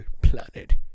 Planet